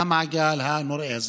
כדי לצאת מהמעגל הנוראי הזה.